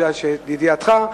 כי לידיעתך,